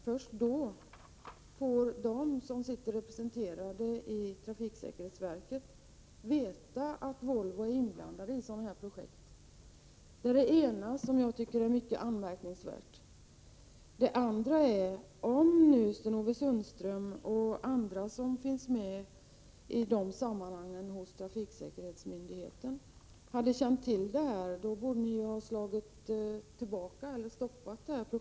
Först då får de som sitter som representanter i trafiksäkerhetsverket veta att Volvo är inblandat i sådana här projekt. Det är det ena som jag tycker är anmärkningsvärt. Det andra som jag finner anmärkningsvärt är att inte Sten-Ove Sundström och andra som är representanter i trafiksäkerhetsverket stoppade projektet tidigare, om de kände till förhållandet.